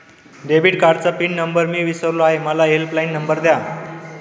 debit कार्डचा pin number मी विसरलो आहे मला हेल्पलाइन नंबर द्या